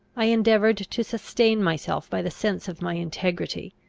i endeavoured to sustain myself by the sense of my integrity,